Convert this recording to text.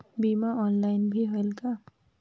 बीमा ऑनलाइन भी होयल का?